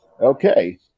Okay